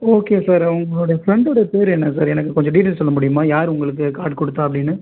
okay sir உங்களுடைய ஃப்ரெண்டோடைய பேர் என்ன சார் எனக்கு கொஞ்சம் டீட்டெய்ல் சொல்ல முடியுமா யார் உங்களுக்கு கார்டு கொடுத்தா அப்படின்னு